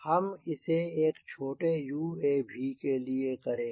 हम इसे एक छोटे UAV के लिए करेंगे